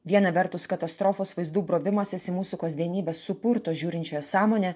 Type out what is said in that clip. viena vertus katastrofos vaizdų brovimasis į mūsų kasdienybes supurto žiūrinčiojo sąmonę